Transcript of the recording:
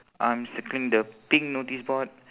I'm circling the pink notice board